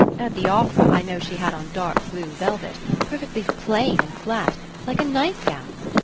at the opera i know she had on dark blue velvet, perfectly plain and flat like a night-gown.